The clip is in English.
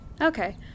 Okay